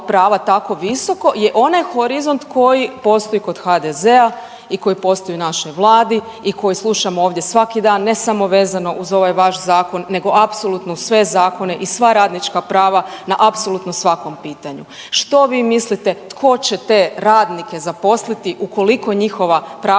prava tako visoko je onaj horizont koji postoji kod HDZ-a i koji postoji u našoj Vladi i koji slušamo ovdje svaki dan ne samo vezano uz ovaj vaš zakon, nego apsolutno sve zakone i sva radnička prava na apsolutno svakom pitanju, što vi mislite tko će te radnike zaposliti ukoliko njihova prava